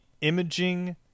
imaging